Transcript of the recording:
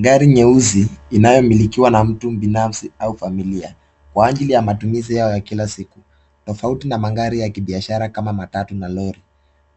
Gari nyeusi inayomilikiwa na mtu binafsi au familia, kwa ajili ya matumizi yao ya kila siku, tofauti na magari ya kibiashara kama matatu na lori,